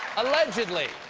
allegedly!